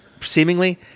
seemingly